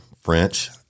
French